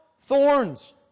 thorns